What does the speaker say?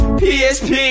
psp